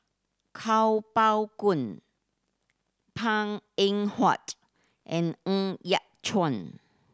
Kuo Pao Kun Png Eng Huat and Ng Yat Chuan